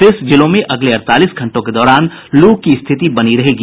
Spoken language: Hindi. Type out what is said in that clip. शेष जिलों में अगले अड़तालीस घंटों के दौरान लू की स्थिति बनी रहेगी